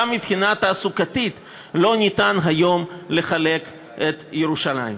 גם מבחינה תעסוקתית לא ניתן היום לחלק את ירושלים.